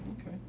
Okay